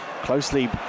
Closely